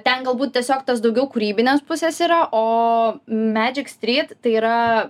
ten galbūt tiesiog tas daugiau kūrybinės pusės yra o medžik stryt tai yra